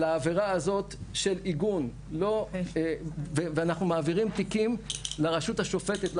העבירה הזאת של עיגון ואנחנו מעבירים תיקים לראשות השופטת,